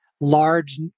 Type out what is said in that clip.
large